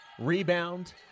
Rebound